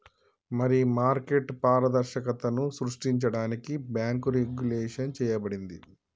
మరి మార్కెట్ పారదర్శకతను సృష్టించడానికి బాంకు రెగ్వులేషన్ చేయబడింది